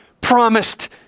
promised